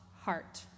heart